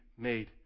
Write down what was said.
made